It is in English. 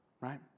Right